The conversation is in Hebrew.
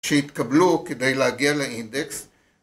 שהתקבלו כדי להגיע לאינדקס